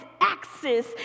axis